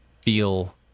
feel